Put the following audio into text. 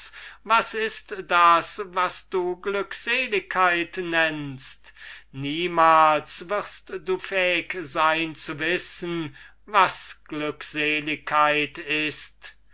was ist das was du glückseligkeit nennest niemals wirst du fähig sein zu wissen was glückseligkeit ist